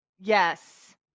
Yes